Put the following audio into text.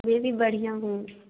मैं भी बढ़िया हूँ